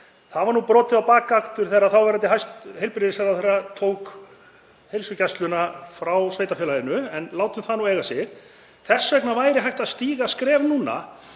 Það var brotið á bak aftur þegar þáverandi heilbrigðisráðherra tók heilsugæsluna frá sveitarfélaginu, en látum það nú eiga sig. Þess vegna væri hægt að stíga skref núna,